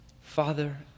Father